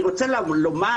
אני רוצה לומר,